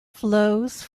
flows